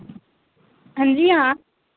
हांजी हां